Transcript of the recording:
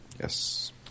Yes